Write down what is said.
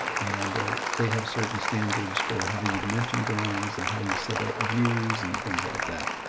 and they have certain standards for how you dimension drawings and how you set up views and things like that.